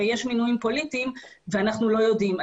שיש מינויים פוליטיים ואנחנו לא יודעים.